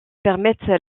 permettent